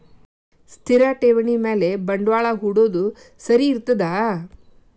ಸ್ಥಿರ ಠೇವಣಿ ಮ್ಯಾಲೆ ಬಂಡವಾಳಾ ಹೂಡೋದು ಸರಿ ಇರ್ತದಾ?